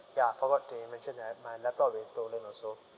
ya forgot to mention that my laptop been stolen also